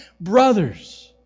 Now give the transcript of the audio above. brothers